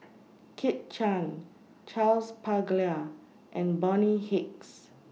Kit Chan Charles Paglar and Bonny Hicks